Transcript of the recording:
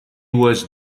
was